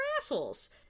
assholes